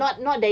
takde